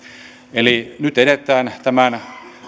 eli nyt edetään tämän